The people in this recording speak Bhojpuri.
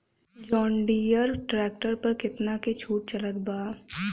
जंडियर ट्रैक्टर पर कितना के छूट चलत बा?